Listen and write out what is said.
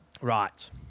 Right